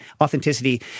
Authenticity